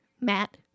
Matt